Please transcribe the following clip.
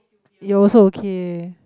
you also okay